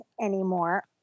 anymore